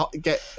get